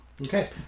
Okay